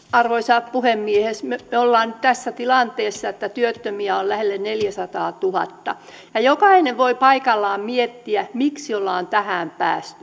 arvoisa puhemies me olemme tässä tilanteessa että työttömiä on lähelle neljäsataatuhatta ja jokainen voi paikallaan miettiä miksi ollaan tähän päästy